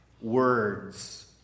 words